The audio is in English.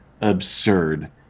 absurd